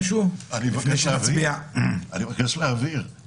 אני מבקש להבהיר,